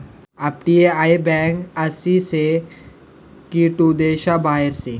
अपटीया हाय बँक आसी से की तू देश बाहेर से